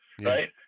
right